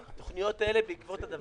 בתוכניות אלה בעקבות הדבר הזה.